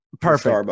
Perfect